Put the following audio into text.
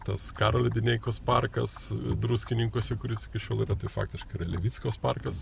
tas karolio dineikos parkas druskininkuose kuris iki šiol yra tai faktiškai yra levickos parkas